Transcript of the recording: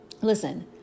Listen